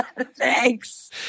Thanks